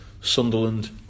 Sunderland